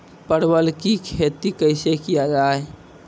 परवल की खेती कैसे किया जाय?